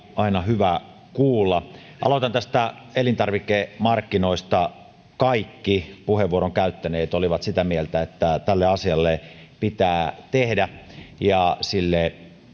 aina hyvä kuulla aloitan näistä elintarvikemarkkinoista kaikki puheenvuoron käyttäneet olivat sitä mieltä että tälle asialle pitää jotain tehdä ja sille